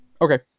Okay